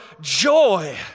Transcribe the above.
joy